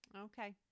Okay